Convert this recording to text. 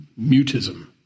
mutism